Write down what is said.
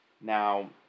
Now